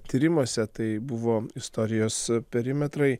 tyrimuose tai buvo istorijos perimetrai